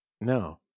No